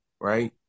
right